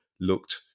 looked